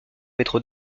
métro